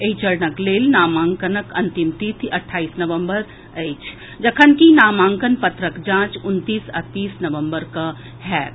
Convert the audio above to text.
एहि चरणक लेल नामांकनक अंतिम तिथि अठाईस नवम्बर अछि जखनकि नामांकन पत्रक जांच उनतीस आ तीस नवम्बर कऽ होयत